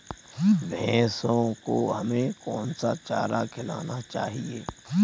भैंसों को हमें कौन सा चारा खिलाना चाहिए?